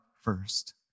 first